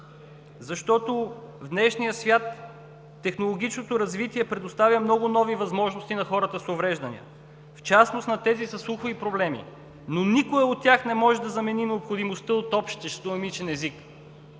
Защото в днешния свят технологичното развитие предоставя много нови възможности на хората с увреждания, в частност на тези със слухови проблеми, но никое от тях не може да замени необходимостта от общ жестомимичен език.